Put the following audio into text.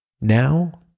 now